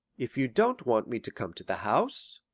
if you don't want me to come to the house,